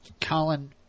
colin